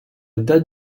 date